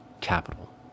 capital